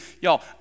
Y'all